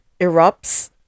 erupts